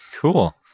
Cool